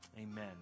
Amen